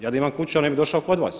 Ja da imam kuću ja ne bih došao kod vas.